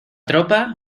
tropa